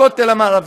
בכותל המערבי.